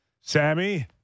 Sammy